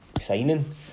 signing